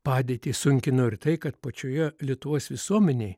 padėtį sunkino ir tai kad pačioje lietuvos visuomenėj